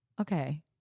okay